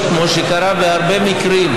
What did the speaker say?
חברת הכנסת מרב מיכאלי,